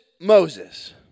Moses